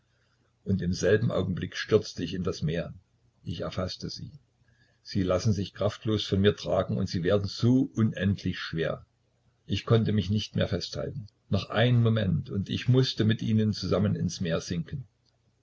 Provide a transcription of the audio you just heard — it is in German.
und im selben augenblick stürzte ich in das meer ich erfaßte sie sie lassen sich kraftlos von mir tragen und sie werden so unendlich schwer ich konnte mich nicht mehr festhalten noch ein moment und ich mußte mit ihnen zusammen ins meer sinken